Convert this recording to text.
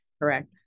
Correct